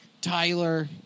tyler